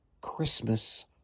Christmas